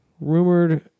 rumored